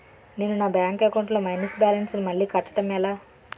నేను నా bank account లొ మైనస్ బాలన్స్ ను మళ్ళీ కట్టడం ఎలా?